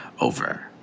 over